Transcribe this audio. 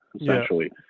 essentially